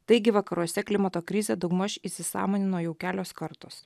taigi vakaruose klimato krizę daugmaž įsisąmonino jau kelios kartos